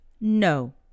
No